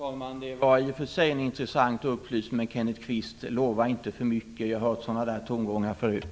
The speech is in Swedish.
Fru talman! Det var i och för sig en intressant upplysning. Men lova inte för mycket, Kenneth Kvist! Jag har hört sådana tongångar förut.